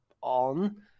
on